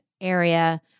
area